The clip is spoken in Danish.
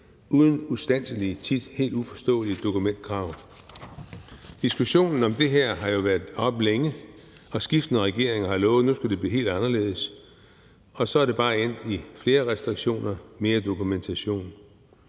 uden ustandselige og tit helt uforståelige dokumentationskrav. Diskussionen om det her har jo været oppe længe, og skiftende regeringer har lovet, at nu skulle det blive helt anderledes, og så er det bare endt i flere restriktioner og mere dokumentation.